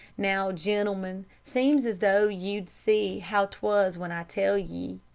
now, gentlemen, seems as though you'd see how t was when i tell ye.